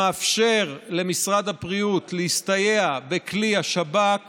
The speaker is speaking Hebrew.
שמאפשר למשרד הבריאות להסתייע בכלי השב"כ